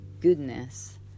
goodness